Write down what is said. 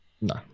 no